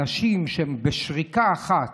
אנשים שבשריקה אחת